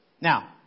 Now